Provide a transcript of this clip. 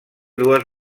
dues